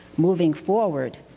moving forward,